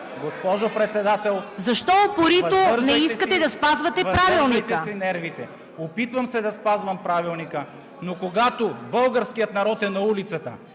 Госпожо Председател, въздържайте си нервите. Опитвам се да спазвам Правилника, но когато българският народ е на улицата